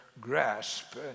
grasp